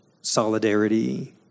solidarity